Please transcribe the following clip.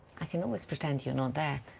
i can always pretend you're not there.